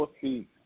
see